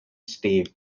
stave